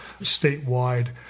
statewide